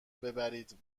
ببرید